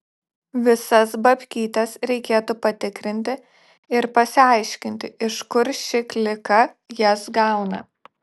visas babkytes reikėtų patikrinti ir pasiaiškinti iš kur ši klika jas gauna